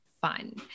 fun